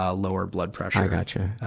ah lower blood pressure. i gotcha.